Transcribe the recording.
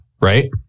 right